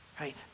Right